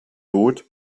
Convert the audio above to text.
not